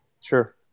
Sure